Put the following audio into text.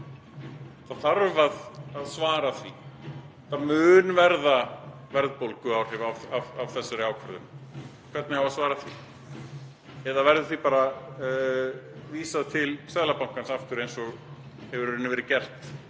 Það þarf að svara því. Það verða verðbólguáhrif af þessari ákvörðun. Hvernig á að svara því eða verður því bara vísað til Seðlabankans aftur eins og hefur í rauninni